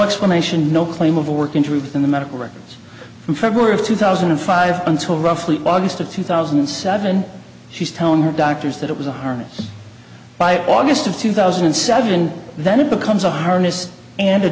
explanation no claim of working through the medical records from february of two thousand and five until roughly august of two thousand and seven she's telling her doctors that it was a harness by august of two thousand and seven then it becomes a harness and